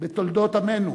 בתולדות עמנו.